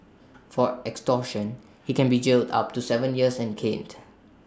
for extortion he can be jailed up to Seven years and caned